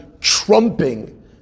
trumping